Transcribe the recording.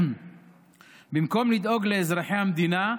במקום לדאוג לאזרחי המדינה,